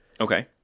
okay